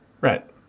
Right